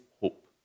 hope